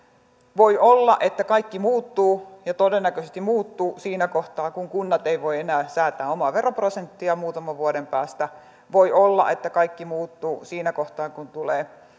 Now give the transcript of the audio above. voi olla että kaikki muuttuu ja todennäköisesti muuttuu siinä kohtaa kun kunnat eivät voi enää säätää omaa veroprosenttiaan muutaman vuoden päästä voi olla että kaikki muuttuu siinä kohtaa kun tulee